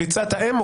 ריצת האמוק,